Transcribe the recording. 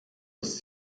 das